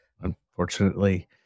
Unfortunately